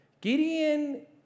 Gideon